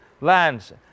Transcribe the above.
lands